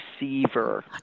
receiver